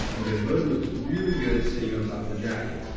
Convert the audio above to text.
and the hood looks really good sitting on top of the jacket.